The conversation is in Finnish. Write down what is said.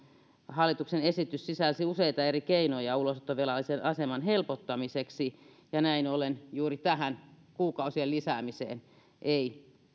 hallituksen esitys sisälsi useita eri keinoja ulosottovelallisen aseman helpottamiseksi ja näin ollen juuri tähän kuukausien lisäämiseen ei